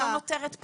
לא נותרת בחירה.